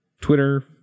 Twitter